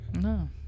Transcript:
no